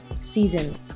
season